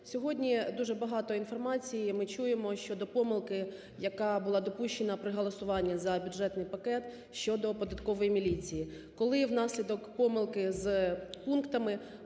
Сьогодні дуже багато інформації ми чуємо щодо помилки, яка була допущена при голосуванні за бюджетний пакет щодо податкової міліції, коли внаслідок помилки з пунктами